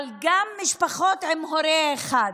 אבל גם משפחות עם הורה אחד,